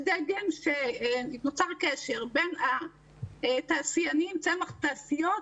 נוצר קשר בין התעשיינים, צמח תעשיות,